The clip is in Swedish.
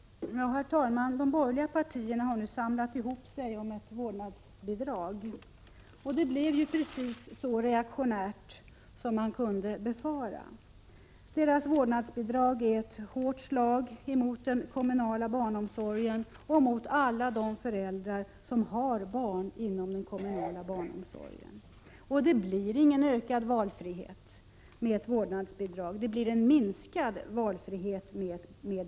Herr talman! De borgerliga partierna har nu samlat ihop sig om ett vårdnadsbidrag. Och det blev precis så reaktionärt som man kunde befara. Deras vårdnadsbidrag är ett hårt slag mot den kommunala barnomsorgen och mot alla de föräldrar som har barn inom den kommunala barnomsorgen. Det blir ingen ökad valfrihet med ett vårdnadsbidrag — det blir en minskad valfrihet.